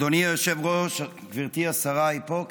אדוני היושב-ראש, גברתי השרה, היא פה?